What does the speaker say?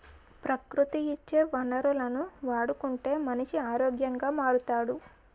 ప్రకృతి ఇచ్చే వనరులను వాడుకుంటే మనిషి ఆరోగ్యంగా మారుతాడు